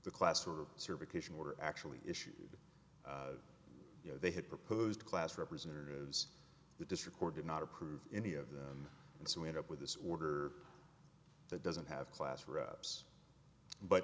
the class sort of serve a kitchen order actually issued you know they had proposed class representatives the district court did not approve any of them and so we end up with this order that doesn't have class wraps but